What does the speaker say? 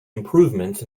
improvements